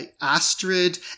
Astrid